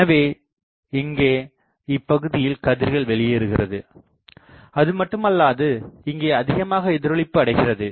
எனவே இங்கே இப்பகுதியில் கதிர்கள் வெளியேறுகிறது அதுமட்டுமல்லாது இங்கே அதிகமாக எதிரொளிப்பு அடைகிறது